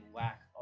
lack